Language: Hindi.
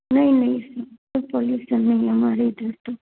नहीं नहीं पॉल्यूशन नहीं है हमारे इधर तो